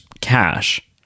cash